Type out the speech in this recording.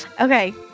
Okay